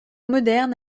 moderne